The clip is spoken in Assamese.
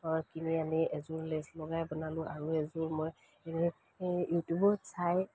কিনি আনি এযোৰ লেচ লগাই বনালোঁ আৰু এযোৰ ইউটিউবত চাই